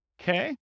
Okay